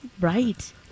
Right